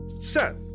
Seth